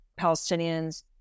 Palestinians